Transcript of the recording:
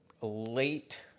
late